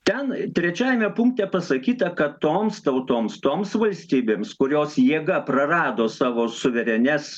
ten trečiajame punkte pasakyta kad toms tautoms toms valstybėms kurios jėga prarado savo suverenias